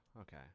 Okay